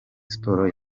sports